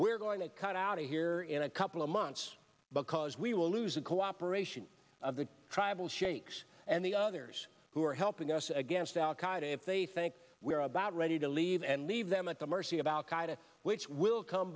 we're going to cut out of here in a couple of months because we will lose the cooperation of the tribal sheikhs and the others who are helping us against al qaida if they think we are about ready to leave and leave them at the mercy of al qaida which will come